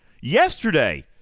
Yesterday